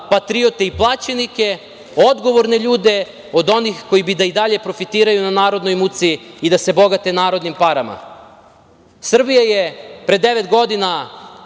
patriote i plaćenike, odgovorne ljude od onih koji bi da i dalje profitiraju na narodnoj muci i da se bogate narodnim parama. Srbija je pre devet godina